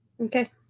Okay